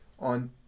on